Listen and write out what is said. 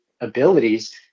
abilities